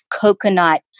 coconut